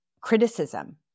criticism